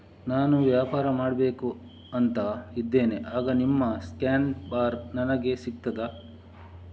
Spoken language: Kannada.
ನಾನು ವ್ಯಾಪಾರ ಮಾಡಬೇಕು ಅಂತ ಇದ್ದೇನೆ, ಆಗ ನಿಮ್ಮ ಸ್ಕ್ಯಾನ್ ಬಾರ್ ನನಗೆ ಸಿಗ್ತದಾ?